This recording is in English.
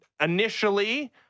initially